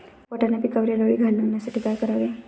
वाटाणा पिकावरील अळी घालवण्यासाठी काय करावे?